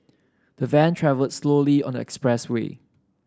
the van travelled slowly on the expressway